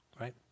Right